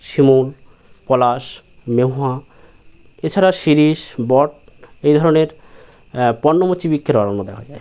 শিমুল পলাশ মহুয়া এছাড়া শিরীষ বট এই ধরনের পর্ণমোচী বৃক্ষের অরণ্য দেখা যায়